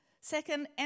Second